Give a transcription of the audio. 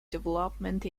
development